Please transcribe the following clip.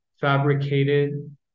fabricated